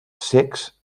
cecs